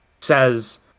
says